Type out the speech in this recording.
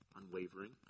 unwavering